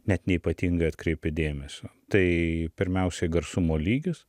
net neypatingai atkreipi dėmesio tai pirmiausiai garsumo lygis